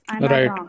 right